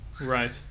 Right